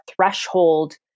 threshold